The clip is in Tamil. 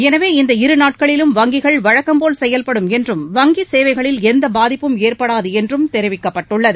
எனவே இந்த இரு நாட்களிலும் வங்கிகள் வழக்கம்போல் செயல்படும் என்றும் வங்கி சேவைகளில் எந்த பாதிப்பும் ஏற்படாது என்றும் தெரிவிக்கப்பட்டுள்ளது